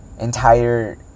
entire